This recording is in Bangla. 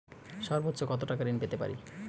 সর্বোচ্চ কত টাকা ঋণ পেতে পারি?